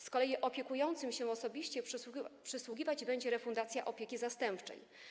Z kolei opiekującym się osobiście przysługiwać będzie refundacja opieki zastępczej.